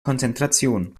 konzentration